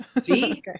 see